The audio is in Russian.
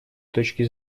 точки